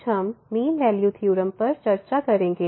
आज हम mean value theorem पर चर्चा करेंगे